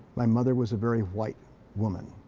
my mother was a very white woman.